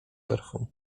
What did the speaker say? perfum